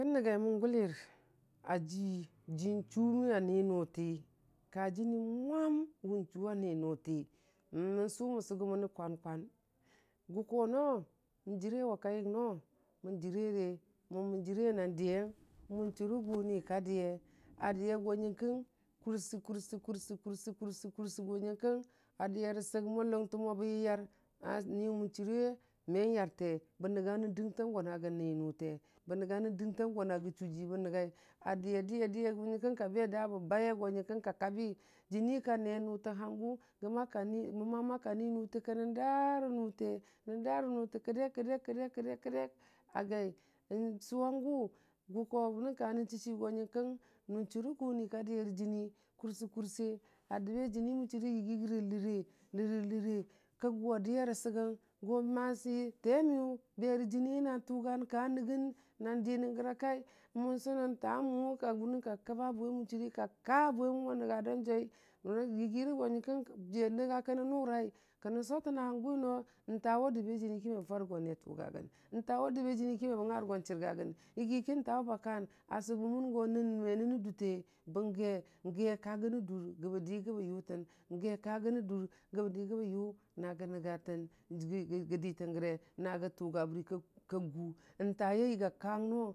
Kən nəngyaimən gʊlar a ji, ji chʊməmwa ni nʊti, kajəni mwam wən chʊ a ni nʊti, mən sʊ mən sʊgʊmənə kwan kwan, gʊki noo jəre wa koyəng noo mən jərare, mo mən jəre na dəyeni mən chʊrə gʊni ka dəye, a dəye go nyənkəng ndəye rəsəg mən lʊngtən mo bə yəyar, niwʊ mən chʊriwe me yarte, bə nənga nən dəntang go nayə nii nʊtə, bə nənga nən dən tung go nnyə chʊ ji bən nəngaiya dəye- dəye go nyənkəng ka be da bə baye go nyənkəng ka kabi jəni ka ne nʊtə hangʊ yəma kani, məmama kani nʊtə, kənə da rə nʊte nən da rə nʊte kadek kə dek, kə dek kə dek a gai, sʊ wangʊ gʊko nən ka nən chii chii go nyən kəng mən chʊrə gʊni ka dəye ra jəni kursə kursə, a dəbe jəni mʊ chʊriye yigi rəge ləre, ləra ləre, kə gʊna dəye rə səyən go masi te miyʊ bərə jəniyə nun tʊgən ka nəyən nan dənən ra gəra kai, mən sunən ta mʊwo ka gʊnəng ka kəba bwe mən chʊn ka kaa bwemuwi ma dan jʊwi, yiyirə go nyənkəng, jiya nənga kə nən nʊrai kənən sʊtən a həngʊ wi no tawə dəbe jəni ki mə bə fʊrə go ni a tʊgagən, tawa dəb jəni ki mə bə ngurə yo ni a chərgagən, yigi ki tawə ba kan a sʊbəmən go nən me nənə dʊrte bange, nga ka gənə dʊr gəbə di gəbi yʊtən, nye ka gənə dur gəbə di gabə yʊ nngə nəngatə gə ditən gəre, niyə tuga bərəki ka gʊ ntali a yəga kang noo.